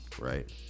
right